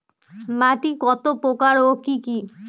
মাটি কত প্রকার ও কি কি?